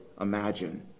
imagine